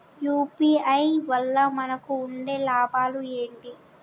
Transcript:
UPI వల్ల మనకు ఉండే లాభాలు ఏంటి?